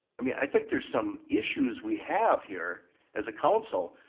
i mean i think there's some issues we have here as a council.